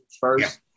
first